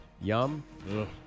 Yum